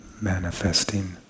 manifesting